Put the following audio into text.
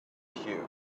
cue